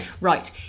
Right